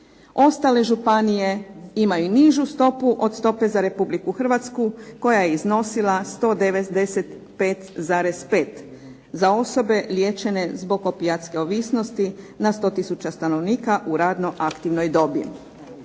Ostale županije imaju nižu stopu od stope za Republiku Hrvatsku koja je iznosila 195,5 za osobe liječene zbog opijatske ovisnosti na 100 tisuća stanovnika u radno aktivnoj dobi.